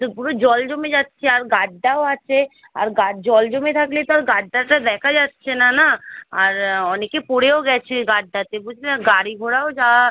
তো পুরো জল জমে যাচ্ছে আর গাড্ডাও আছে আর গা জল জমে থাকলে তো আর গাড্ডাটা দেখা যাচ্ছে না না আর অনেকে পড়েও গেছে গাড্ডাতে বুঝলেন গাড়ি ঘোড়াও যাওয়া